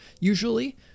usually